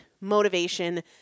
motivation